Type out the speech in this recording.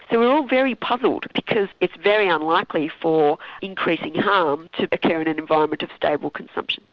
and we're all very puzzled because it's very unlikely for increasing harm to the care and and environment of stable consumption.